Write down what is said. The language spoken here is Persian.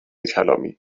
کلامی